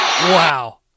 Wow